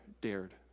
dared